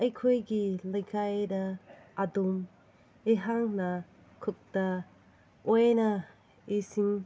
ꯑꯩꯈꯣꯏꯒꯤ ꯂꯩꯀꯥꯏꯗ ꯑꯗꯨꯝ ꯑꯩꯍꯥꯛꯅ ꯈꯨꯠꯇ ꯑꯣꯏꯅ ꯏꯁꯤꯡ